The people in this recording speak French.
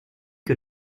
que